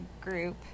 group